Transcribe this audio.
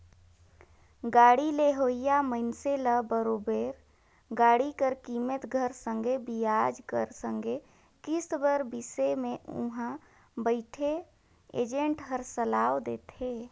गाड़ी लेहोइया मइनसे ल बरोबेर गाड़ी कर कीमेत कर संघे बियाज कर संघे किस्त कर बिसे में उहां बइथे एजेंट हर सलाव देथे